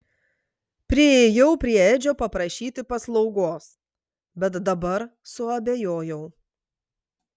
priėjau prie edžio paprašyti paslaugos bet dabar suabejojau